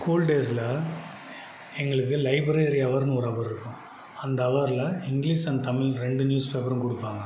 school டேஸ்சில் எங்களுக்கு library ஹவர்னு ஒரு ஹவர் இருக்கும் அந்த ஹவரில் இங்கிலீஸ் அண்ட் தமிழ் ரெண்டு நியூஸ் பேப்பரும் கொடுப்பாங்க